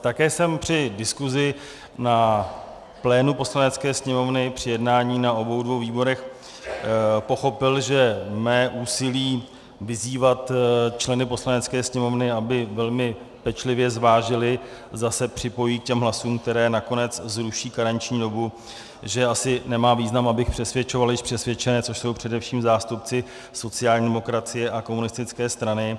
Také jsem při diskusi na plénu Poslanecké sněmovny, při jednání na obou dvou výborech pochopil, že mé úsilí vyzývat členy Poslanecké sněmovny, aby velmi pečlivě zvážili, zda se připojí k těm hlasům, které nakonec zruší karenční dobu, že asi nemá význam, abych přesvědčoval již přesvědčené, což jsou především zástupci sociální demokracie a komunistické strany.